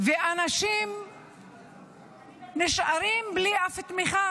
ואנשים נשארים בלי אף תמיכה?